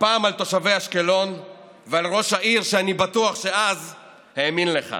הפעם על תושבי אשקלון ועל ראש העיר שאני בטוח שאז האמין לך,